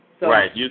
Right